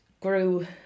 grew